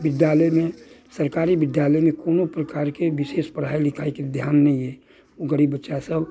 विद्यालय मे सरकारी विद्यालयमे कोनो प्रकारके विशेष पढ़ाइ लिखाइके ध्यान नहि अइ गरीब बच्चा सभ